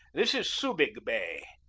this is subig bay,